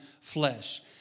flesh